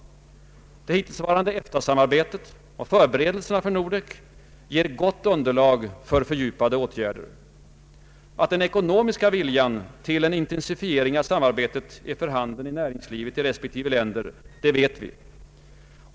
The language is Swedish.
Det hittillsvarande EFTA-samarbetet och förberedelserna för Nordek ger gott underlag för fortsatta åtgärder. Att den ekonomiska viljan till en intensifiering av samarbetet är för handen inom näringslivet i respektive länder, det vet vi.